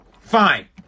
fine